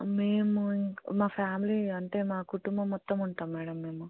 మేము ఇంకా మా ఫ్యామిలీ అంటే మా కుటుంబం మొత్తం ఉంటాం మ్యాడమ్ మేము